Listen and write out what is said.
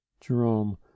Jerome